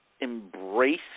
embrace